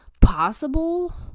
possible